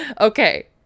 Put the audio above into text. okay